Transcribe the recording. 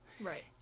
Right